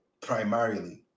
primarily